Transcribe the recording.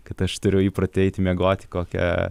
kad aš turiu įprotį eiti miegoti kokią